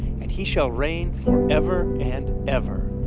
and he shall reign forever and ever!